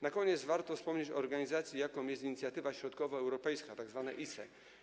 Na koniec warto wspomnieć o organizacji, jaką jest Inicjatywa Środkowoeuropejska, tzw. ISE.